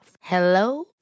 hello